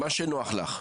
מה שנוח לך.